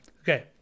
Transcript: okay